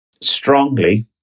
strongly